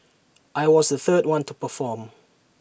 I was the third one to perform